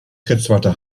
gitzwarte